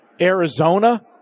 Arizona